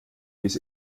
bis